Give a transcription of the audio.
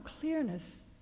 clearness